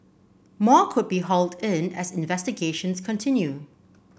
more could be hauled in as investigations continue